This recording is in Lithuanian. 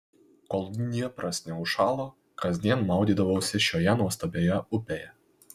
kol dniepras neužšalo kasdien maudydavausi šioje nuostabioje upėje